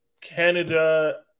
Canada